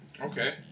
Okay